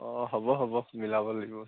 অঁ হ'ব হ'ব মিলাব লাগিব